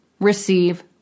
receive